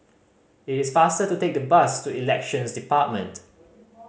it is faster to take the bus to Elections Department